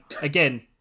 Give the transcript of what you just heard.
Again